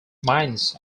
minds